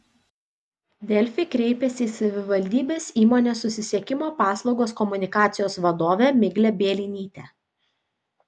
delfi kreipėsi į savivaldybės įmonės susisiekimo paslaugos komunikacijos vadovę miglę bielinytę